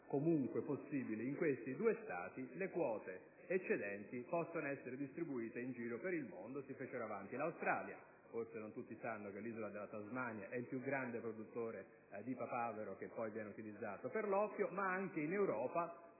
rimanere possibile in questi due Stati e che le quote eccedenti potevano essere distribuite in giro per il mondo. Si fecero avanti l'Australia (forse non tutti sanno che l'isola della Tasmania è il più grande produttore di papavero che poi viene utilizzato per l'oppio), ma anche l'Europa: